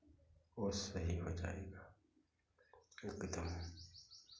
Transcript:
वो सही हो जाएगा एकदम